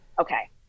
okay